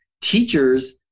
teachers